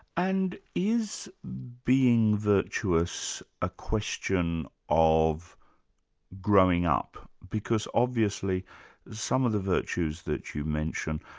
and is being virtuous a question of growing up? because obviously some of the virtues that you mention,